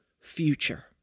future